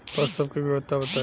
पशु सब के गुणवत्ता बताई?